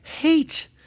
hate